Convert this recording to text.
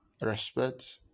respect